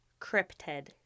cryptid